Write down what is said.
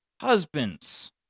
husbands